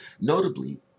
Notably